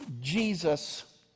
Jesus